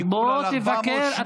בוא תבקר.